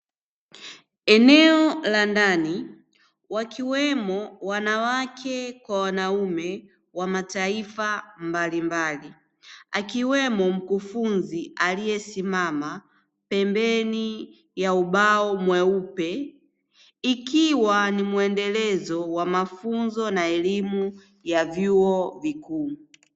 Eneo la ndani wakiwemo wanawake kwa wanaume wa mataifa mbalimbali, akiwemo mkufunzi aliyesimama pembeni ya ubao mweupe, ikiwa ni mwendelezo wa mafunzo na elimu ya vyuo vikuu.